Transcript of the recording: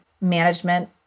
management